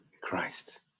Christ